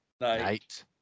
night